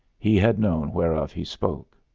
he had known whereof he spoke.